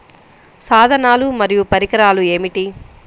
సాధనాలు మరియు పరికరాలు ఏమిటీ?